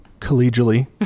collegially